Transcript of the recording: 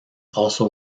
also